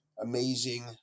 amazing